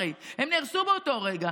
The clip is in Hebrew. הרי הם נהרסו באותו רגע,